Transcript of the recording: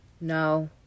No